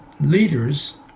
leaders